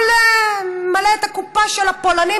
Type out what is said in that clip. לא למלא את הקופה של הפולנים,